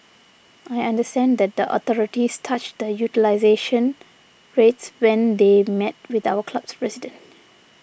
I understand that the authorities touched on utilisation rates when they met with our club's president